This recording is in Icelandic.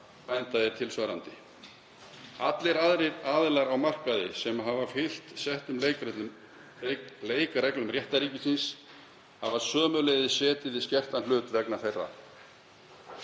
er tilsvarandi. Allir aðrir aðilar á markaði, sem hafa fylgt settum leikreglum réttarríkisins, hafa sömuleiðis borið skertan hlut frá borði